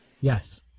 Yes